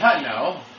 No